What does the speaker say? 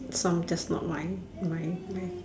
from that's not why my my